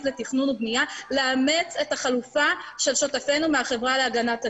לתכנון ולבנייה לאמץ את החלופה של שותפינו מהחברה להגנת הטבע.